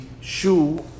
shoe